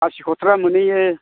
कासिकथ्रा मोनहैयो